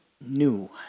new